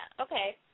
okay